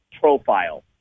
profile